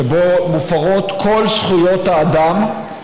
שבו מופרות כל זכויות האדם,